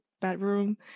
bedroom